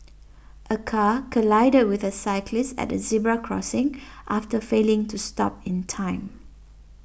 a car collided with a cyclist at the zebra crossing after failing to stop in time